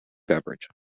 beverage